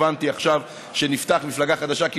הבנתי עכשיו שנפתחה מפלגה חדשה,